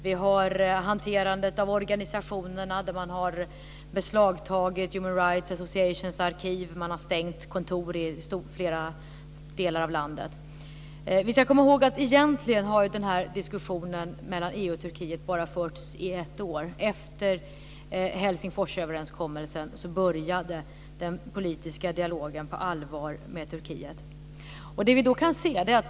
Vi har också hanterandet av organisationerna, där man har beslagtagit Human Rights Associations arkiv, och man har stängt kontor i flera delar av landet. Vi ska komma ihåg att diskussionen mellan EU och Turkiet egentligen bara har förts i ett år. Efter Helsingforsöverenskommelsen började den politiska dialogen på allvar med Turkiet.